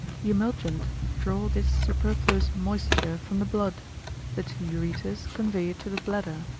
the emulgent draw this superfluous moisture from the blood the two ureters convey it to the bladder,